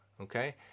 okay